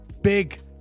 big